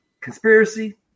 conspiracy